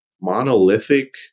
monolithic